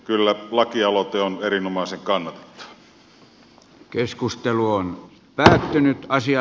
kyllä lakialoite on erinomaisen kannatettava